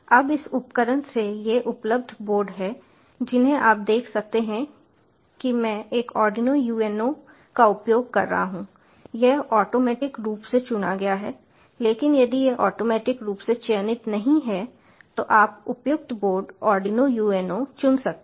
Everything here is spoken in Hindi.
अब इस उपकरण से ये उपलब्ध बोर्ड हैं जिन्हें आप देख सकते हैं कि मैं एक आर्डिनो UNO का उपयोग कर रहा हूँ यह ऑटोमेटिक रूप से चुना गया है लेकिन यदि यह ऑटोमेटिक रूप से चयनित नहीं है तो आप उपयुक्त बोर्ड आर्डिनो UNO चुन सकते हैं